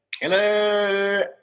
Hello